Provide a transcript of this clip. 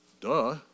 duh